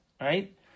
Right